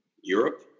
Europe